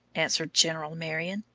answered general marion,